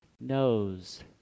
knows